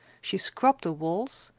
she scrubbed the walls,